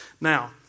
Now